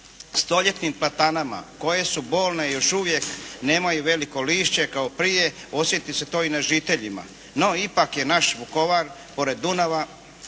stoljetnim platanama koje su bolne još uvijek, nemaju veliko lišće kao prije, osjeti se to i na žiteljima. No, ipak je naš Vukovar pored Dunava,